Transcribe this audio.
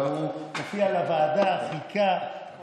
הוא הופיע בוועדה, חיכה,